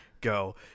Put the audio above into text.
go